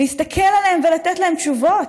להסתכל עליהם ולתת להם תשובות.